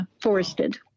Forested